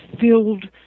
filled